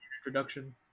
introduction